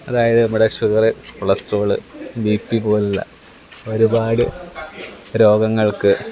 അതായത് നമ്മുടെ sugar cholesterol BP പോലെയുള്ള ഒരുപാട് രോഗങ്ങള്ക്ക്